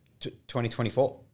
2024